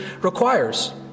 requires